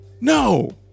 No